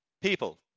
people